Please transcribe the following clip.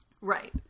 Right